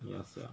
ya sia